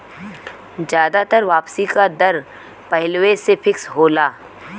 जादातर वापसी का दर पहिलवें से फिक्स होला